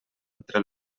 entre